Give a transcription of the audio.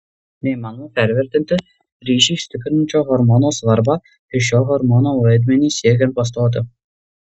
neįmanoma pervertinti ryšį stiprinančio hormono svarbą ir šio hormono vaidmenį siekiant pastoti